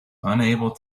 unable